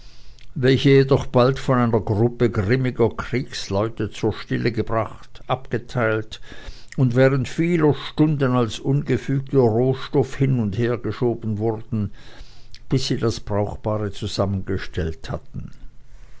welche jedoch bald von einer gruppe grimmiger kriegsleute zur stille gebracht abgeteilt und während vieler stunden als ungefüger rohstoff hin und hergeschoben wurden bis sie das brauchbare zusammengestellt hatten